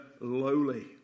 lowly